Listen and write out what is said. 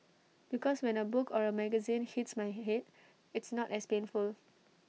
because when A book or A magazine hits my Head it's not as painful